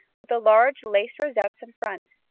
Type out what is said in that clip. with the large lace rosettes in front.